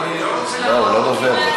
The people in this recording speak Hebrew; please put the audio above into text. לא, הוא לא דובר.